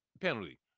penalty